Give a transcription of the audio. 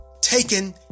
taken